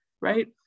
right